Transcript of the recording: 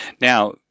Now